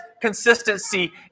consistency